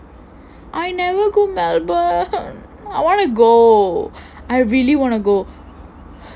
I never go melbourne I want to go I really wanna go